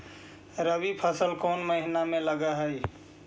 रबी फसल कोन महिना में लग है?